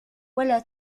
ولا